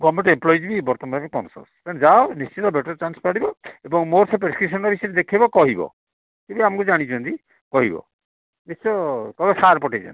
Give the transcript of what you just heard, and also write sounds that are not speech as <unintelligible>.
government employee ବି conscious ତେଣୁ ଯାଅ ନିଶ୍ଚିତ ବେଟର୍ ଚାନ୍ସ <unintelligible> ଏବଂ ମୋର ସେ ପ୍ରେସ୍କିପ୍ସନ୍ ଦେଖାଇବ କହିବ ସିଏ ଆମକୁ ଜାଣିଛନ୍ତି କହିବ ନିଶ୍ଚୟ କହିବ ସାର୍ ପଠାଇଛନ୍ତି